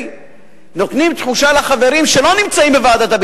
נותנים תחושה לחברים שלא נמצאים בוועדת החוץ